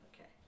Okay